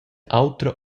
autra